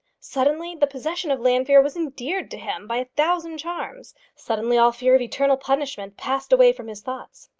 suddenly the possession of llanfeare was endeared to him by a thousand charms. suddenly all fear of eternal punishment passed away from his thoughts.